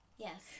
Yes